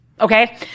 Okay